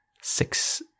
six